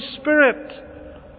Spirit